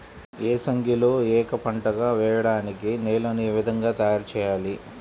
ఏసంగిలో ఏక పంటగ వెయడానికి నేలను ఏ విధముగా తయారుచేయాలి?